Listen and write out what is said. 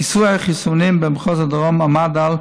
כיסוי החיסונים במחוז הדרום עמד על כ-30%.